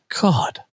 God